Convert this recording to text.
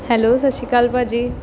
hello Sat Sri Akal ਭਾਅ ਜੀ